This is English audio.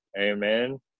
Amen